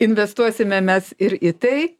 investuosime mes ir į tai